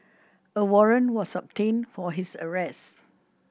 a warrant was obtained for his arrest